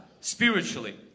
spiritually